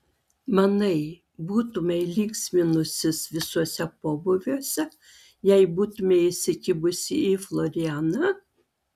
manai būtumei linksminusis visuose pobūviuose jei būtumei įsikibusi į florianą